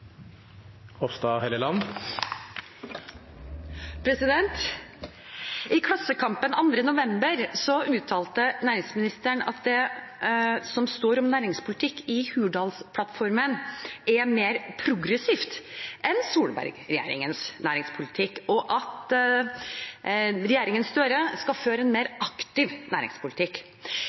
spørsmål 21. «I Klassekampen 2. november uttalte statsråden at det som står om næringspolitikk i Hurdalsplattformen er mer progressivt enn Solberg-regjeringens næringspolitikk, og at denne regjeringen skal føre en mer aktiv næringspolitikk.